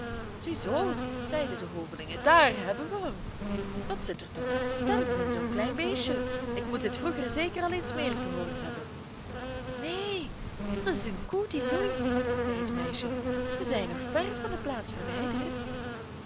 ziezoo zeiden de hovelingen daar hebben we hem wat zit er toch een stem in zoo'n klein beestje ik moet dit vroeger zeker als eens meer gehoord hebben neen dat is een koe die loeit zei het meisje we zijn nog ver van de plaats verwijderd